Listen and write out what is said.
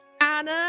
Anna